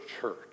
Church